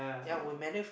ya we manu~